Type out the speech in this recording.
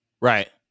Right